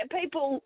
people